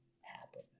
happen